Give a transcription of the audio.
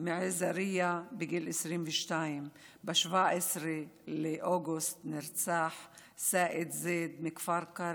מעזרייה בגיל 22. ב-17 באוגוסט נרצח סאיד זיד מכפר קרע,